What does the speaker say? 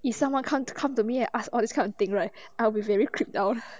if someone come come to me and ask all this kind of thing right I will be very creeped out